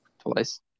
Twice